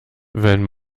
wenn